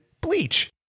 bleach